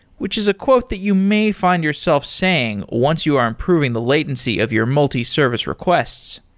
which is a quote that you may find yourself saying once you are improving the latency of your multi-service requests